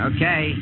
Okay